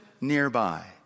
nearby